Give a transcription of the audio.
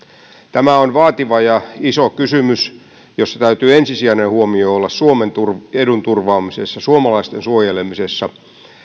tämä on vaativa ja iso kysymys jossa täytyy ensisijaisen huomion olla suomen edun turvaamisessa suomalaisten suojelemisessa